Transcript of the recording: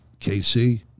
KC